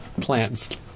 plants